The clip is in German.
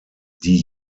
die